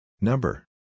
Number